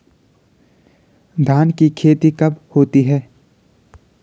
धान की खेती कब होती है?